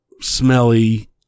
Smelly